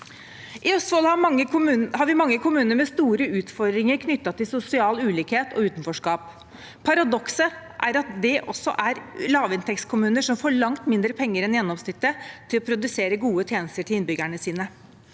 I Østfold har vi mange kommuner med store utfordringer knyttet til sosial ulikhet og utenforskap. Paradokset er at det også er lavinntektskommuner som får langt mindre penger enn gjennomsnittet til å produsere gode tjenester til innbyggerne sine.